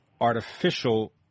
artificial